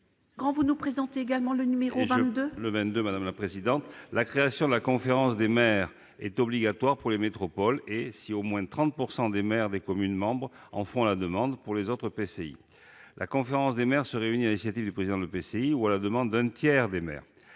Grand, est ainsi libellé : La parole est à M. Jean-Pierre Grand. La création de la conférence des maires est obligatoire pour les métropoles et, si au moins 30 % des maires des communes membres en font la demande, pour les autres EPCI. La conférence des maires se réunit sur l'initiative du président de l'EPCI ou à la demande d'un tiers des maires.